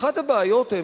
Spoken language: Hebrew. אחת הבעיות,